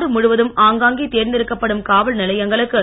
நாடு முழுவதும் ஆங்காங்கே தேர்ந்தெடுக்கப்படும் காவல் நிலையங்களுக்கு